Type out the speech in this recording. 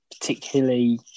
particularly